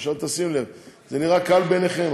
עכשיו, תשים לב, זה נראה קל בעיניכם?